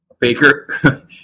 Baker